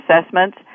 Assessments